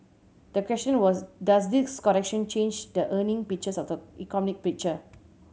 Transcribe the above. the question was does this correction change the earning picture or the economic picture